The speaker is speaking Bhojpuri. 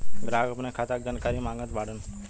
ग्राहक अपने खाते का जानकारी मागत बाणन?